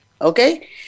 okay